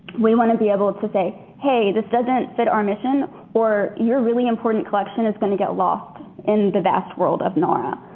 we want to be able to say, hey, this doesn't fit our mission or your really important collection is going to get lost in the vast world of nara,